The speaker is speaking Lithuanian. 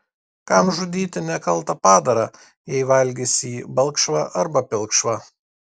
kam žudyti nekaltą padarą jei valgysi jį balkšvą arba pilkšvą